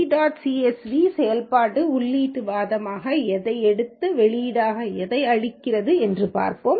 csv செயல்பாடு உள்ளீட்டு வாதமாக எதை எடுத்து வெளியீடாக எதை அளிக்கிறது என்பதைப் பார்ப்போம்